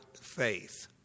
faith